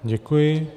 Děkuji.